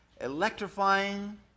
electrifying